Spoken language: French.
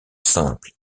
simple